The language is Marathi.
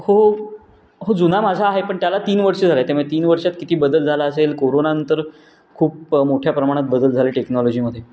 हो हो जुना माझा आहे पण त्याला तीन वर्ष झालं आहे त्यामुळे तीन वर्षात किती बदल झाला असेल कोरोनानंतर खूप मोठ्या प्रमाणात बदल झाले टेक्नॉलॉजीमध्ये